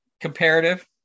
comparative